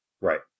Right